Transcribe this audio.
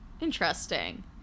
interesting